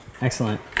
excellent